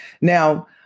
Now